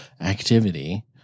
activity